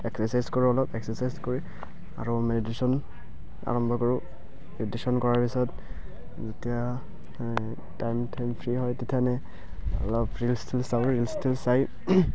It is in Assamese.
এক্সাৰচাইজ কৰোঁ অলপ এক্সাৰচাইজ কৰি আৰু মেডিটেশ্যন আৰম্ভ কৰোঁ মেডিটেশ্যন কৰাৰ পিছত যেতিয়া টাইম টাইম ফ্ৰী হয় তেতিয়া এনে অলপ ৰিলছ্ টিলছ্ চাওঁ ৰিলছ্ টিলছ্ চাই